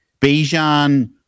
Bijan